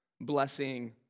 blessing